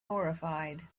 horrified